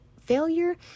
failure